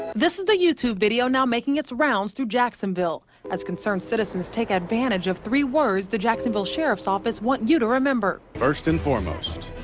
this is a youtube video making its rounds through jacksonville as concerned citizens take advantage of three words the jacksonville sheriff's office want you to remember. first and foremost.